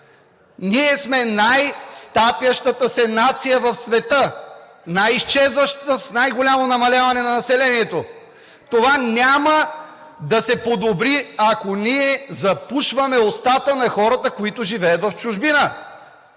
Ние сме най-стопяващата се нация в света, най-изчезващата, с най-голямо намаляване на населението. Това няма да се подобри, ако ние запушваме устата на хората, които живеят в чужбина.